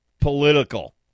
political